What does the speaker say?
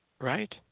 right